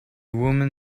woman